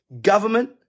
government